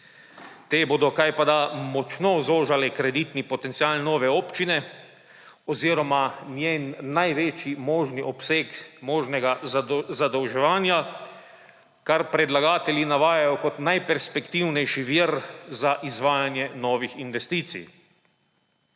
Te bodo kajpada močno zožale kreditni potencial nove občine oziroma njen največji možni obseg možnega zadolževanja, kar predlagatelji navajajo kot najperspektivnejši vir za izvajanje novih investicij.